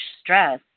stress